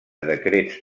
decrets